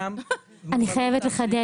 להלן תרגומם:( אני חייבת לחדד,